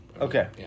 Okay